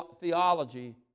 theology